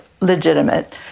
legitimate